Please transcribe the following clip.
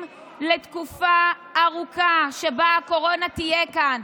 לתקופה ארוכה שבה הקורונה תהיה כאן.